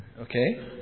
Okay